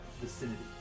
vicinity